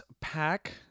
Pack